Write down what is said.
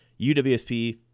UWSP